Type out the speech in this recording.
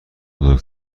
بزرگ